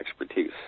expertise